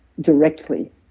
Directly